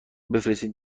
بفرستین